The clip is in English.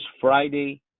Friday